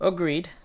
Agreed